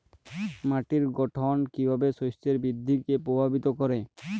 মাটির গঠন কীভাবে শস্যের বৃদ্ধিকে প্রভাবিত করে?